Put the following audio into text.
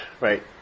Right